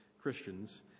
Christians